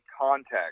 context